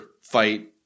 fight